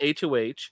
HOH